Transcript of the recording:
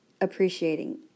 appreciating